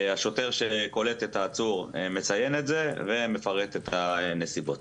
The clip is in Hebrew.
השוטר שקולט את העצור מציין את זה ומפרט את הנסיבות.